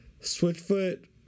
Switchfoot